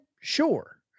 Sure